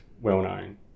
well-known